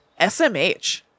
SMH